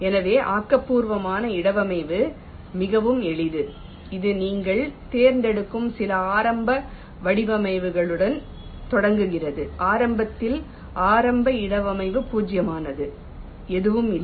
எனவே ஆக்கபூர்வமான இடவமைவு மிகவும் எளிது இது நீங்கள் தேர்ந்தெடுக்கும் சில ஆரம்ப இடவமைவுகளுடன் தொடங்குகிறது ஆரம்பத்தில் ஆரம்ப இடவமைவு பூஜ்யமானது எதுவும் இல்லை